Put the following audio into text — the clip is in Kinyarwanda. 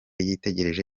yitegereza